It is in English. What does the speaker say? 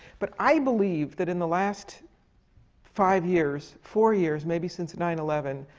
but i believe that in the last five years, four years, maybe since nine eleven,